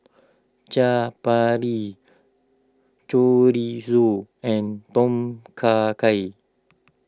Chaat Papri Chorizo and Tom Kha Gai